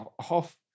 half